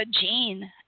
gene